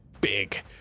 big